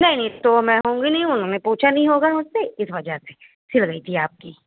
نہیں نہیں تو میں ہوں گی نہیں انہوں نے پوچھا نہیں ہوگا مجھ سے اس وجہ سے سل گئی تھی آپ کی